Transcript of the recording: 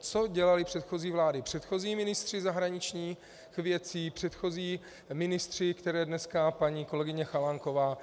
Co dělaly předchozí vlády, předchozí ministři zahraničních věcí, předchozí ministři, které dneska paní kolegyně Chalánková